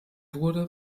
wurde